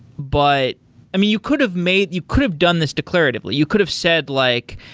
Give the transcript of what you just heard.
but i mean, you could have made, you could have done this declaratively. you could have said like,